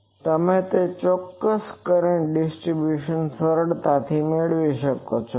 તો તમે તે ચોક્કસ કરંટ ડિસ્ટરીબ્યુસન સરળતાથી મેળવી શકો છો